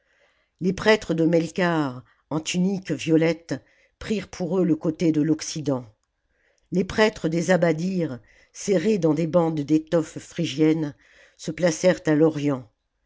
les prêtres de meikarth en tuniques violettes prirent pour eux le côté de l'occident les prêtres des abaddirs serrés dans des bandes d'étoffes phrygiennes se placèrent à l'orient